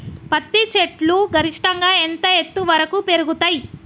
పత్తి చెట్లు గరిష్టంగా ఎంత ఎత్తు వరకు పెరుగుతయ్?